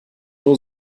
nur